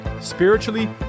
spiritually